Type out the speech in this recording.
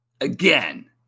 Again